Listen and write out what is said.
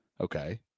Okay